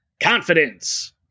confidence